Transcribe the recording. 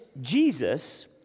Jesus